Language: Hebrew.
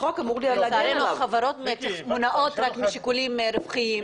החברות מונעות רק משיקולים רווחיים.